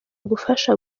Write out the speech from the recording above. kugufasha